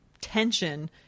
tension